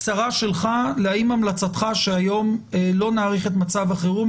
קצרה שלך האם המלצתך היא שהיום לא נאריך את מצב החירום,